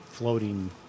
floating